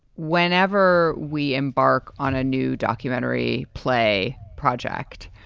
whenever we embark on a new documentary play project,